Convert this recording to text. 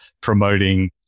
promoting